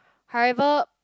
however